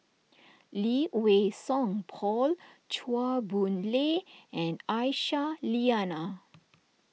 Lee Wei Song Paul Chua Boon Lay and Aisyah Lyana